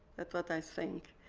that's what i think.